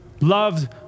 loved